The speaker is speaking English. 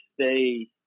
stay